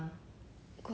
with susie